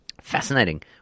Fascinating